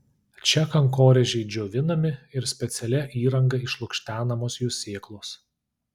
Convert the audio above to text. čia kankorėžiai džiovinami ir specialia įranga išlukštenamos jų sėklos